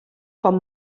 com